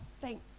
thank